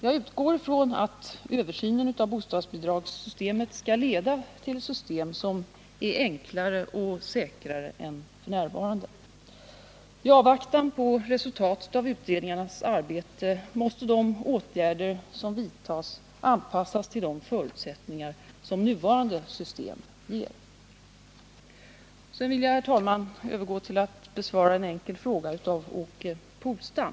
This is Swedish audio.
Jag utgår från att översynen av bostadsbidragssystemet skall leda till ett system som är enklare och säkrare. I avvaktan på resultatet av utredningarnas arbete måste de åtgärder som vidtas anpassas till de förutsättningar som nuvarande system ger. Sedan vill jag, herr talman, övergå till att besvara en fråga av Åke Polstam.